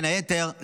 בין היתר,